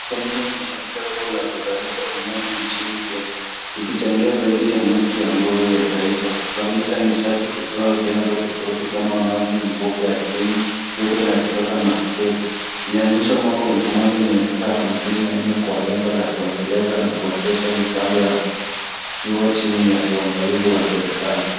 Engen ni shirika kuu la kuzalisha umeme nchini Kenya, ikichangia zaidi ya nusu ya nguvu ya taifa. Kuzalisha ni sharti kutoa vianzo tofauti kama maji, mvuke ya ardhini, joto la kisasa na upepo. Ilianzishwa mwaka wa elfu moja mia tisa hamsini na nne kwa lengo la kuendeleza na kuendesha mitambo ya nguvu, ikiwa chini ya uangalizi wa serikali.